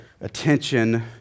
attention